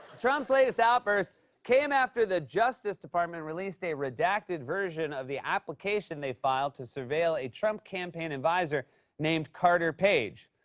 trump's latest outburst came after the justice department released a redacted version of the application they filed to surveil a trump campaign adviser named carter page.